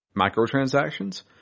microtransactions